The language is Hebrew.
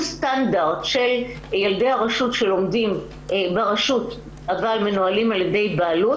סטנדרט של ילדי הרשות שלומדים ברשות אבל מנוהלים על ידי בעלות,